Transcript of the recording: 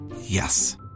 Yes